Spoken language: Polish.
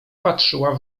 patrzyła